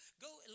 Go